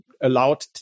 allowed